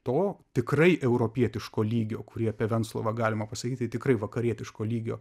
to tikrai europietiško lygio kurį apie venclovą galima pasakyt tai tikrai vakarietiško lygio